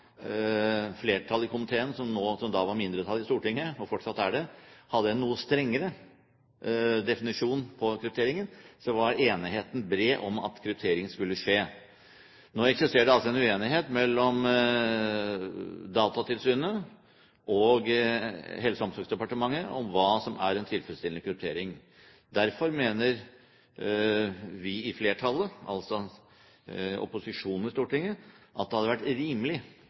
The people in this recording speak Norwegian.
flertallet i komiteen – som da var mindretallet i Stortinget, og fortsatt er det – hadde en noe strengere definisjon av kryptering, var enigheten bred om at kryptering skulle skje. Nå eksisterer det altså en uenighet mellom Datatilsynet og Helse- og omsorgsdepartementet om hva som er en tilfredsstillende kryptering. Derfor mener vi i flertallet – altså opposisjonen i Stortinget – at det hadde vært rimelig